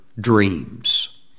dreams